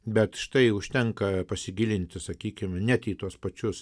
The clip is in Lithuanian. bet štai užtenka pasigilinti sakykim net į tuos pačius